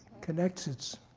connects its